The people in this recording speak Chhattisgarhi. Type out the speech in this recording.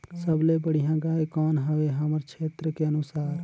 सबले बढ़िया गाय कौन हवे हमर क्षेत्र के अनुसार?